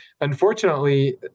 Unfortunately